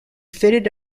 fitted